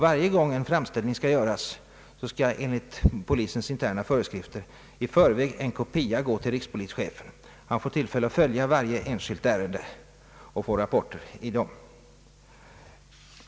Varje gång en framställning görs skall enligt polisens interna föreskrifter en kopia gå till rikspolischefen så att han får tillfälle att följa varje enskilt ärende och få rapporter om det.